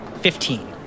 Fifteen